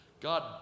God